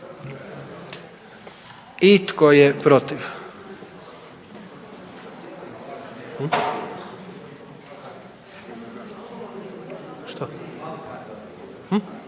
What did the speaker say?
I tko je protiv?